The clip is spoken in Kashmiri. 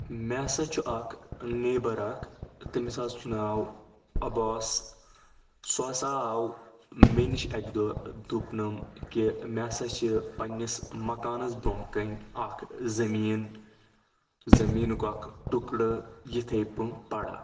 مےٚ ہَسا چھُ اکھ نَیبَر اکھ تٔمِس حظ چھُ ناوعباس سُہ ہَسا آو مےٚ نِش اکہِ دۄہ دوٚپنمَ کہِ مےٚ ہَسا چھِ پنٛنِس مکانَس برونٛہہ کَنہِ اکھ زٔمیٖن زٔمیٖنُک اکھ ٹکڑٕ یِتھٕے پٲٹھۍ پَڑا